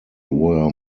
were